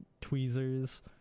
tweezers